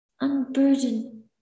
unburden